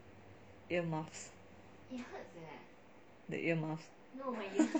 ear muffs the ear muffs